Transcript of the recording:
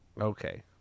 Okay